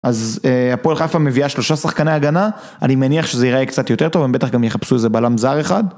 אז הפועל חיפה מביאה שלושה שחקני הגנה, אני מניח שזה ייראה קצת יותר טוב, הם בטח גם יחפשו איזה בלם זר אחד.